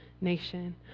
nation